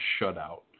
shutout